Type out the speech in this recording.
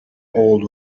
old